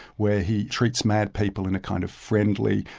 where he treats mad people in a kind of friendly,